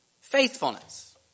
faithfulness